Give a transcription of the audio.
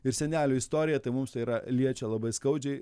ir senelių istoriją tai mums tai yra liečia labai skaudžiai